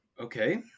Okay